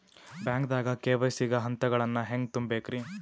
ಬ್ಯಾಂಕ್ದಾಗ ಕೆ.ವೈ.ಸಿ ಗ ಹಂತಗಳನ್ನ ಹೆಂಗ್ ತುಂಬೇಕ್ರಿ?